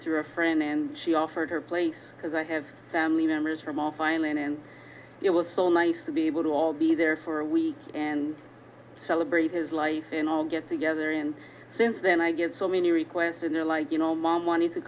through a friend and she offered her place because i have family members from all violent and it was so nice to be able to all be there for a week and celebrate his life and all get together and since then i get so many requests in there like you know mom want